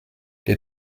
der